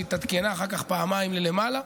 היא התעדכנה אחר כך פעמיים למעלה.